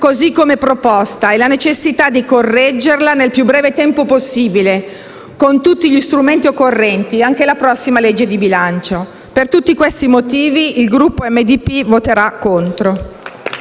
così come proposta, e la necessità di correggerla nel più breve tempo possibile, con tutti gli strumenti occorrenti, anche nella prossima legge di bilancio. Per tutti questi motivi, il Gruppo MDP voterà contro